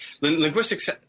Linguistics